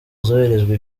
zoherejwe